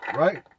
right